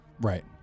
Right